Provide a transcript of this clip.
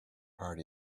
heart